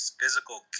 physical